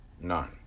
none